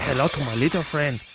hello to my little friend.